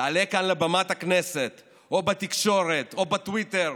תעלה כאן לבמת הכנסת או בתקשורת או בטוויטר,